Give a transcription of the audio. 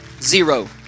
zero